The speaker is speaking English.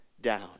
down